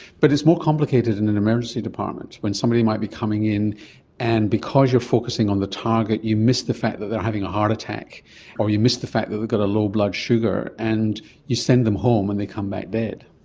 but it's more complicated in an emergency department when somebody might be coming in and because you're focusing on the target you miss the fact that they are having a heart attack or you miss the fact that they've got a low blood sugar and you send them home and they come back dead.